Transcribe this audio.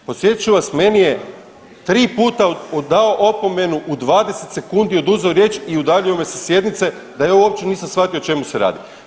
Podsjetit ću vas, meni je tri puta dao opomenu u 20 sekundi i oduzeo riječ i udaljio me sa sjednice da ja uopće nisam shvatio o čemu se radi.